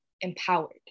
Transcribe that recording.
empowered